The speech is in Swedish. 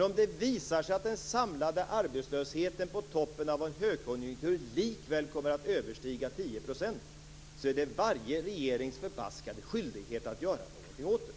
Om det visar sig att den samlade arbetslösheten på toppen av en högkonjunktur likväl kommer att överstiga 10 % är det varje regerings förbaskade skyldighet att göra någonting åt det.